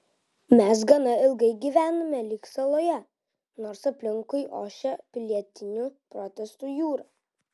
mes gana ilgai gyvenome lyg saloje nors aplinkui ošė pilietinių protestų jūra